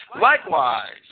Likewise